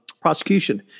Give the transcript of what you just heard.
prosecution